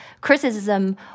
criticism